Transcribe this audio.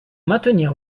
maintenir